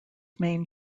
main